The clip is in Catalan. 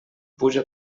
puja